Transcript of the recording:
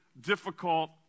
difficult